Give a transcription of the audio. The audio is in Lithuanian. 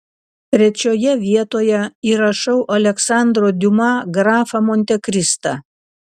trečioje vietoje įrašau aleksandro diuma grafą montekristą